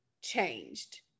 changed